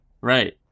Right